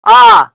آ